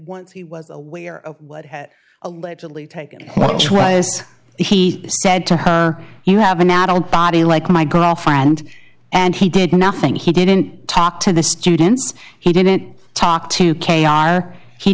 once he was aware of what had allegedly taken place he said to her you have an adult body like my girlfriend and he did nothing he didn't talk to the students he didn't talk to k r he